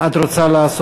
גם השר, את רוצה לעשות